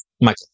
Michael